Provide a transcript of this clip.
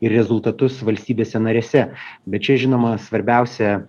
ir rezultatus valstybėse narėse bet čia žinoma svarbiausia